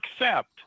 accept